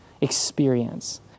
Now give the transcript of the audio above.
experience